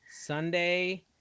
Sunday